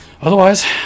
Otherwise